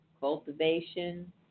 cultivation